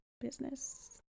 business